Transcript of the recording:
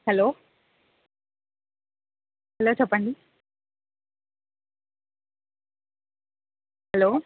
hello hello చెప్పండి hello